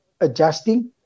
adjusting